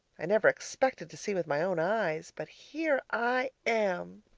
i never expected to see with my own eyes but here i am!